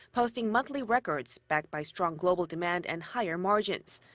posting monthly records, backed by strong global demand and higher margins.